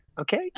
okay